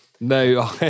No